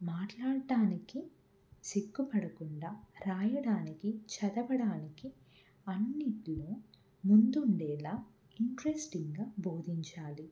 మాట్లాడ్డానికి సిగ్గుపడకుండా రాయడానికి చదవడానికి అన్నీట్లో ముందుండేలా ఇంట్రెస్టింగా భోదించాలి